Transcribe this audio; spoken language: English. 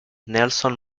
nelson